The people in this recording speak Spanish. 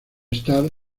star